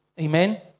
Amen